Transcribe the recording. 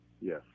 yes